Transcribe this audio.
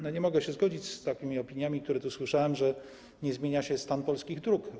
Nie mogę się zgodzić z takimi opiniami, które tu słyszałem, że nie zmienia się stan polskich dróg.